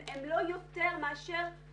הם לא יותר מאשר כסת"ח.